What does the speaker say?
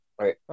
right